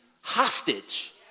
hostage